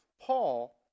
Paul